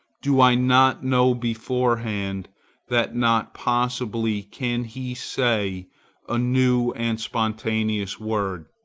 do i not know beforehand that not possibly can he say a new and spontaneous word?